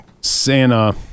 Santa